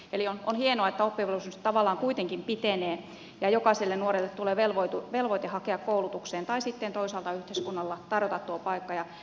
eli on hienoa että oppivelvollisuus tavallaan kuitenkin pitenee ja jokaiselle nuorelle tulee velvoite hakea koulutukseen tai sitten toisaalta yhteiskunnalle tarjota tuo paikka